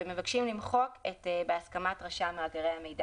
ואנחנו מבקשים למחוק את "בהסכמת רשם מאגרי המידע",